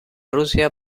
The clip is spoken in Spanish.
rusia